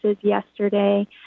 yesterday